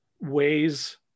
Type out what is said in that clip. ways